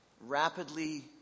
rapidly